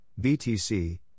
BTC